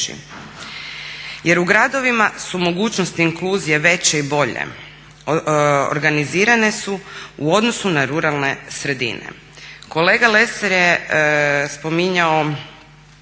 Jer u gradovima su mogućnosti inkluzije veće i bolje, organizirane su u odnosu na ruralne sredine. Kolega Lesar je spominjao